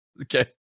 Okay